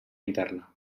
interna